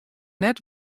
net